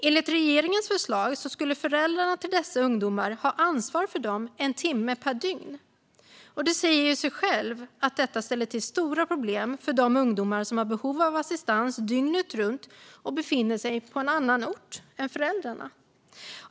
Enligt regeringens förslag skulle föräldrarna till dessa ungdomar ha ansvar för dem en timme per dygn. Det säger sig självt att detta ställer till stora problem för de ungdomar som har behov av assistans dygnet runt och som befinner sig på annan ort än föräldrarna.